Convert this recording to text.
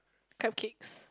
cupcakes